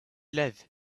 love